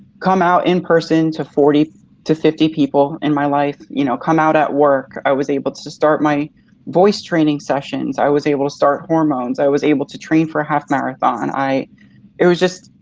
come out in person to forty to fifty people in my life. you know, come out at work. i was able to to start my voice training sessions. i was able to start hormones. i was able to train for a half marathon. it was just,